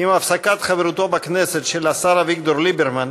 עם הפסקת חברותו בכנסת של השר אביגדור ליברמן,